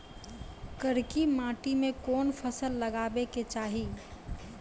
करकी माटी मे कोन फ़सल लगाबै के चाही?